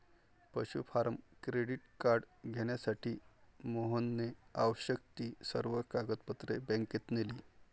पशु farmer credit card घेण्यासाठी मोहनने आवश्यक ती सर्व कागदपत्रे बँकेत नेली